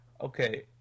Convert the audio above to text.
Okay